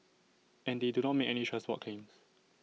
and they do not make any transport claims